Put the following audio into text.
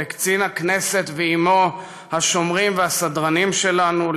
לקצין הכנסת ועמו השומרים והסדרנים שלנו,